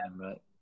right